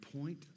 point